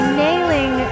nailing